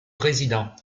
président